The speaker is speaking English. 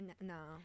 No